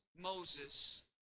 Moses